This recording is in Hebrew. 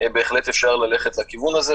בהחלט אפשר ללכת לכיוון הזה,